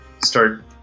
start